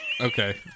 okay